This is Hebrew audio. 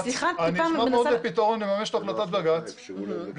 אני טיפה מנסה --- אני אשמח מאוד לפתרון לממש את החלטת בג"צ בלי